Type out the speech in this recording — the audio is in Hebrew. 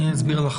אני אסביר לך.